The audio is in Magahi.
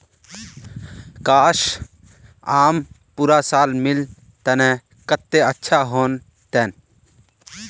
काश, आम पूरा साल मिल तने कत्ते अच्छा होल तने